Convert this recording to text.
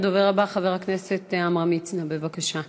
הדובר הבא, חבר הכנסת עמרם מצנע, בבקשה.